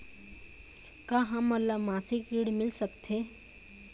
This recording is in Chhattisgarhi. का हमन ला मासिक ऋण मिल सकथे?